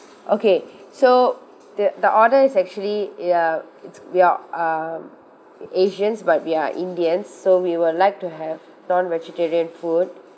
okay so the the order is actually ya it's we are um asians but we are indian so we would like to have non vegetarian food